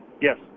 Yes